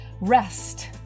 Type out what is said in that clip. rest